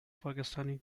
pakistani